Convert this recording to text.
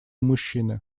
мужчины